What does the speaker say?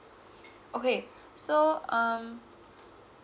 okay so um